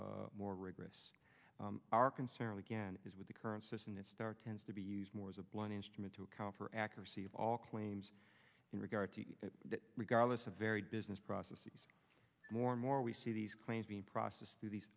do more rigorous are concerned again as with the current system that start tends to be used more as a blunt instrument to account for accuracy of all claims in regard to that regardless of varied business processes more and more we see these claims being processed through these